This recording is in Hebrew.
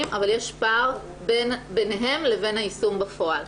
אבל יש פער ביניהם לבין היישום בפועל.